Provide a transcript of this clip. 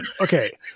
Okay